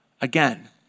Again